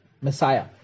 Messiah